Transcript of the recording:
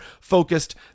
focused